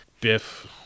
Biff